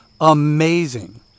amazing